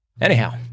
Anyhow